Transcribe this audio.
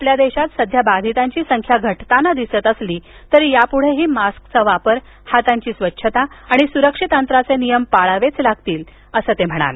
आपल्या देशात सध्या बाधितांची संख्या घटताना दिसत असली तरी यापुढेही मास्कचा वापर हातांची स्वच्छता आणि सुरक्षित अंतराचे नियम पाळावेच लागतील असं ते म्हणाले